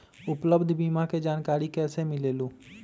उपलब्ध बीमा के जानकारी कैसे मिलेलु?